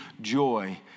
joy